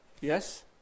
Yes